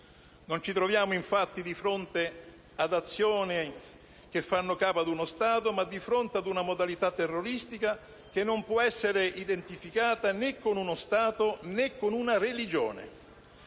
Non ci troviamo, infatti, di fronte ad azioni che fanno capo ad uno Stato, ma di fronte a una modalità terroristica che non può essere identificata né con uno Stato, né con una religione.